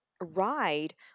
ride